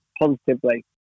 positively